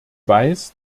weiß